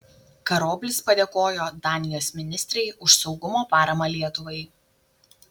karoblis padėkojo danijos ministrei už saugumo paramą lietuvai